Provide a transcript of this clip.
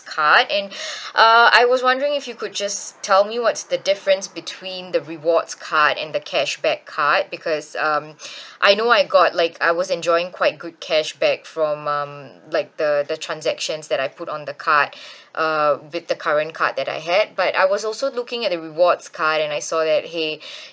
card and uh I was wondering if you could just tell me what's the difference between the rewards card and the cashback card because um I know I got like I was enjoying quite good cashback from um like the the transactions that I put on the card uh with the current card that I had but I was also looking at the rewards card and I saw that !hey!